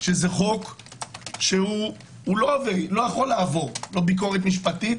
שזה חוק שלא יכול לעבור לא ביקורת משפטית